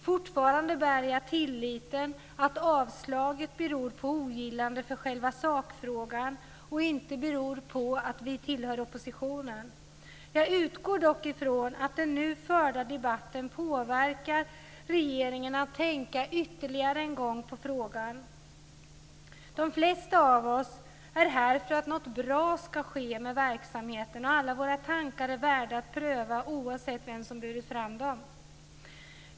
Fortfarande bär jag tilliten att avslaget beror på ogillande i själva sakfrågan och inte beror på att vi tillhör oppositionen. Jag utgår dock ifrån att den nu förda debatten påverkar regeringen att tänka ytterligare en gång på frågan. De flesta av oss är här för att något bra ska ske med verksamheten, och alla våra tankar är värda att prövas oavsett vem som burit fram dem.